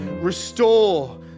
restore